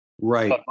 Right